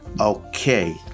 Okay